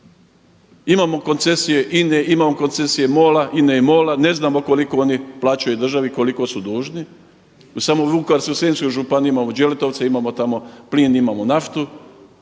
Imamo koncesije Ine, imamo koncesije MOL-a, INE I MOLA, ne znamo koliko oni plaćaju državi, koliko su dužni. Samo u Vukovarsko-srijemskoj županiji imamo Đeletovce, imamo tamo plin, imamo naftu